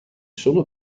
sono